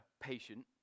patient